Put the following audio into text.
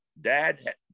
Dad